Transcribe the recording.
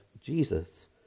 Jesus